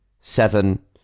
seven